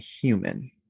human